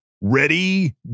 Ready